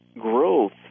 growth